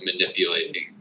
manipulating